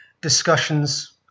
discussions